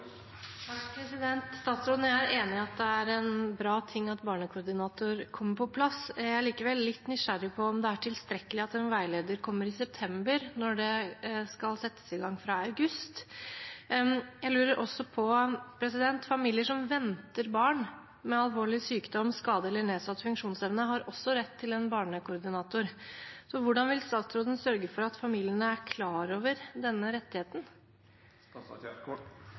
er enige om at det er bra at barnekoordinator kommer på plass. Jeg er likevel litt nysgjerrig på om det er tilstrekkelig at en veileder kommer i september når dette skal settes i gang fra august. Familier som venter barn med alvorlig sykdom, skade eller nedsatt funksjonsevne, har også rett til en barnekoordinator. Så jeg lurer også på hvordan statsråden vil sørge for at familiene er klar over denne rettigheten.